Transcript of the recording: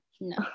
No